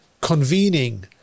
convening